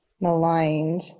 maligned